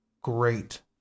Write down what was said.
great